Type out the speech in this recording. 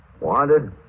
Wanted